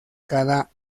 cada